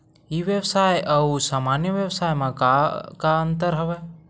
ई व्यवसाय आऊ सामान्य व्यवसाय म का का अंतर हवय?